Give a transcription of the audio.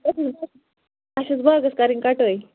اَسہِ أسۍ باغس کَرٕنۍ کَٹٲے